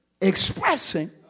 expressing